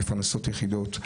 מפרנסות יחידות,